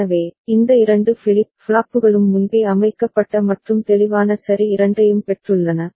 எனவே இந்த இரண்டு ஃபிளிப் ஃப்ளாப்புகளும் முன்பே அமைக்கப்பட்ட மற்றும் தெளிவான சரி இரண்டையும் பெற்றுள்ளன